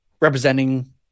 representing